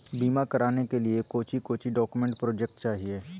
बीमा कराने के लिए कोच्चि कोच्चि डॉक्यूमेंट प्रोजेक्ट चाहिए?